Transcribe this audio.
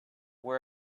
were